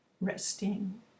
resting